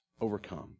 overcome